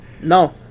No